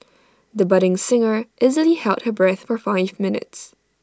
the budding singer easily held her breath for five minutes